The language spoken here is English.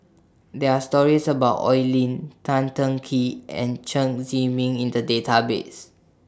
There Are stories about Oi Lin Tan Teng Kee and Chen Zhiming in The Database